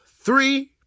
three